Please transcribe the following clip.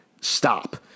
stop